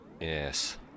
yes